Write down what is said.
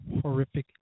horrific